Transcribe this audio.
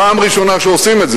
פעם ראשונה שעושים את זה,